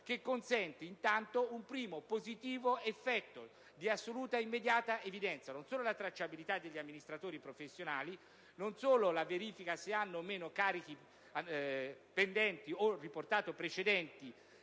che consente, intanto, un primo positivo effetto di assoluta, immediata evidenza: non solo la tracciabilità degli amministratori professionali, non solo la verifica dell'esistenza o meno di carichi pendenti o di condanne per reati